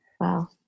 Wow